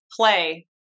play